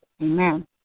Amen